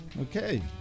Okay